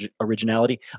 originality